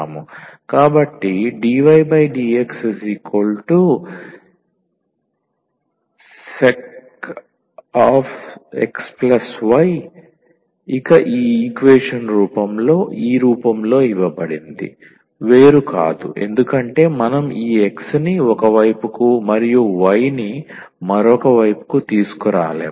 కాబట్టి dydxsec xyఇక ఈ ఈక్వేషన్ ఈ రూపంలో ఇవ్వబడినది వేరు కాదు ఎందుకంటే మనం ఈ x ని ఒక వైపుకు మరియు y ని మరొక వైపుకు తీసుకురాలేము